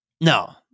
No